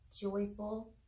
joyful